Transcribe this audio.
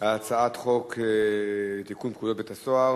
על הצעת חוק לתיקון פקודת בתי-הסוהר